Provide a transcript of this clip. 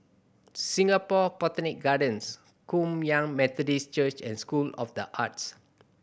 Singapore Botanic Gardens Kum Yan Methodist Church and School of The Arts